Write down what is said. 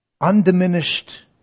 Undiminished